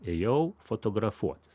ėjau fotografuotis